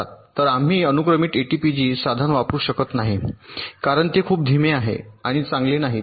तर आम्ही अनुक्रमित एटीपीजी साधन वापरू शकत नाही कारण ते खूप धीमे आहेत आणि चांगले नाहीत